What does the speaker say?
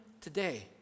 today